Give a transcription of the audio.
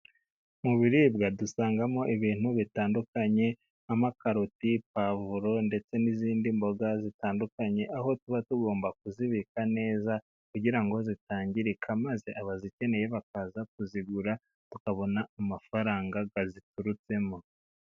Mu biribwa dusangamo ibintu bitandukanye:nk'amakaroti, pavuro ndetse n'izindi mboga zitandukanye ,aho tuba tugomba kuzibika neza kugira ngo zitangirika ,maze abazikeneye bakaza kuzigura ,tukabona amafaranga aziturutsemo.